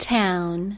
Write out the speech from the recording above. town